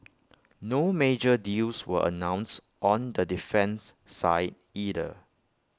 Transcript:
no major deals were announced on the defence side either